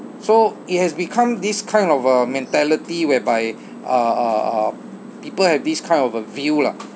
so it has become this kind of uh mentality whereby uh uh uh people have this kind of a view lah